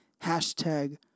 Hashtag